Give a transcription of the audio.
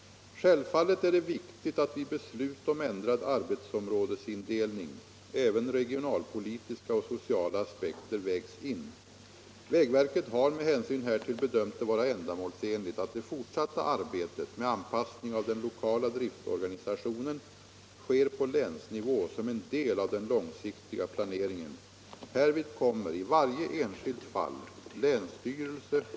Självfallet är det viktigt att vid beslut om ändrad arbetsområdesin delning även regionalpolitiska och sociala aspekter vägs in. Vägverket har med hänsyn härtill bedömt det vara ändamålsenligt att det fortsatta arbetet med anpassning av den lokala drittorganisationen sker på länsnivå som en del av den långsiktiga planeringen. Härvid kommer i varje enskilt fall länsstyrelse,.